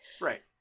right